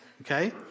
Okay